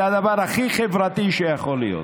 זה הדבר הכי חברתי שיכול להיות.